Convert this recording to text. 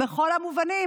בכל המובנים,